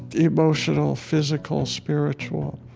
emotional, physical, spiritual,